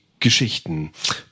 Geschichten